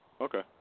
Okay